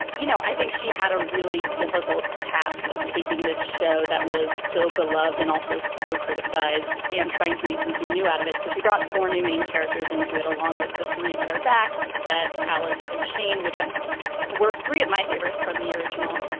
you know, i think she had a really difficult task of taking this show that was so beloved and also so criticized and trying to make something new out of it. so she brought four new main characters into it, along with the three that are back. bette, alice and shane, which worked three of my favorites from the original.